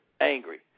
angry